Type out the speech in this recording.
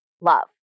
love